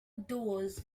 doors